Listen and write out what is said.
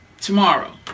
tomorrow